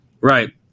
Right